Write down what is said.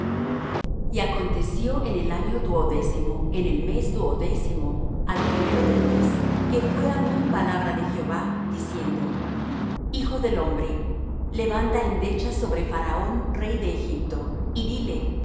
y acontecio en el año undécimo en el mes tercero al primero del mes que fué á mí palabra de jehová diciendo hijo del hombre di á faraón rey de egipto y